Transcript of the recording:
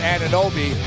Ananobi